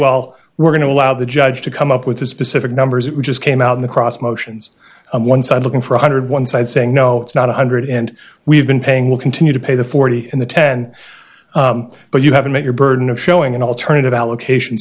well we're going to allow the judge to come up with a specific numbers we just came out in the cross motions one side looking for one hundred one side saying no it's not one hundred and we've been paying we'll continue to pay the forty and the ten but you haven't met your burden of showing an alternative allocation